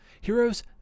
Heroes